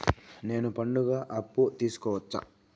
నేను పండుగ అప్పు తీసుకోవచ్చా?